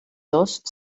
dos